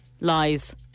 Lies